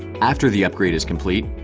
after the upgrade is complete,